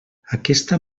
aquesta